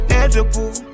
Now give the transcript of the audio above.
edible